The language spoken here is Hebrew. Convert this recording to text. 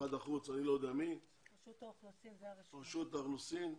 משרד החוץ, רשות האוכלוסין וההגירה,